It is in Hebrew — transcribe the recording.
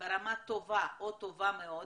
ברמה טובה או טובה מאוד,